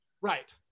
Right